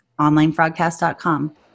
OnlineFrogcast.com